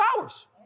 hours